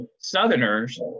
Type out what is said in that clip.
Southerners